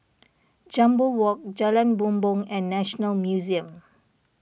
Jambol Walk Jalan Bumbong and National Museum